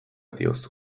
diozu